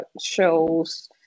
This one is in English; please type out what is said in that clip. shows